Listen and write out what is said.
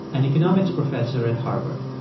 an economics professor at harvard.